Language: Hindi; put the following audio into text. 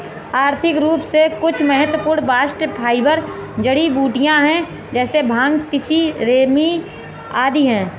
आर्थिक रूप से कुछ महत्वपूर्ण बास्ट फाइबर जड़ीबूटियां है जैसे भांग, तिसी, रेमी आदि है